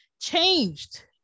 changed